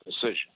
decision